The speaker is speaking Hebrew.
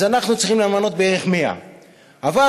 אז אנחנו צריכים למנות בערך 100. אבל,